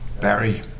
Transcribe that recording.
Barry